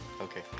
Okay